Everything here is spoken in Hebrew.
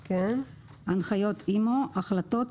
""הנחיות אימ"ו" החלטות,